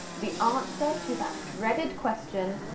the answer to that dreaded question,